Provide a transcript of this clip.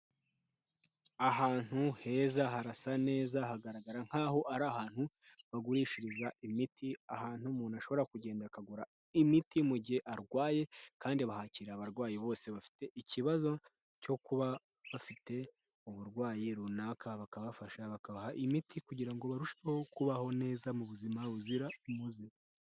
Ahantu heza, harasa neza, hagaragara nk'aho ari ahantu bagurishiriza imiti, ahantu umuntu ashobora kugenda akagura imiti mu gihe arwaye kandi bahakirira abarwayi bose bafite ikibazo cyo kuba bafite uburwayi runaka, bakabafasha, bakabaha imiti kugira ngo barusheho kubaho neza mu buzima buzira umuze.